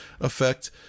effect